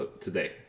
today